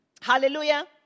Hallelujah